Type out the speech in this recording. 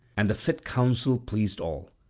and the fit counsel pleased all.